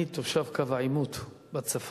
אני תושב קו העימות בצפון.